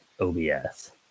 OBS